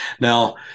now